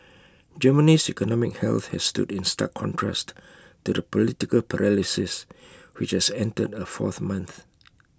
Germany's economic health has stood in stark contrast to the political paralysis which has entered A fourth month